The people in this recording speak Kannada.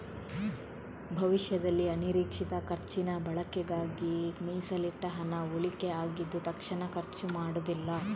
ಭವಿಷ್ಯದಲ್ಲಿ ಅನಿರೀಕ್ಷಿತ ಖರ್ಚಿನ ಬಳಕೆಗಾಗಿ ಮೀಸಲಿಟ್ಟ ಹಣ ಉಳಿಕೆ ಆಗಿದ್ದು ತಕ್ಷಣ ಖರ್ಚು ಮಾಡುದಿಲ್ಲ